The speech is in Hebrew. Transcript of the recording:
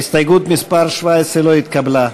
ההסתייגות מס' 17 לא התקבלה.